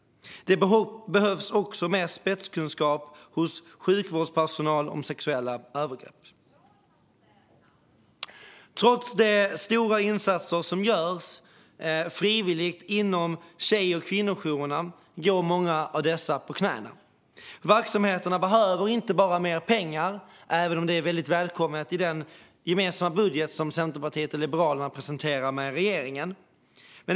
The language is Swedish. Det behövs också mer spetskunskap hos sjukvårdspersonal om sexuella övergrepp. Trots de stora insatser som görs frivilligt inom tjej och kvinnojourerna går många av dessa på knäna. Verksamheterna behöver inte bara mer pengar, även om det är väldigt välkommet i den gemensamma budget Centerpartiet och Liberalerna presenterar med regeringen.